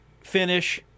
finish